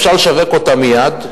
אפשר לשווק אותה מייד.